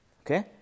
okay